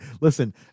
Listen